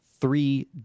three